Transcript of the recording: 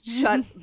shut